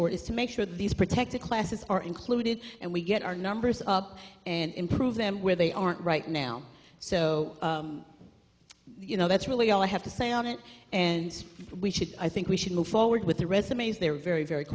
board is to make sure that these protected classes are included and we get our numbers up and improve them where they aren't right now so you know that's really all i have to say on it and we should i think we should move forward with the resumes there are very very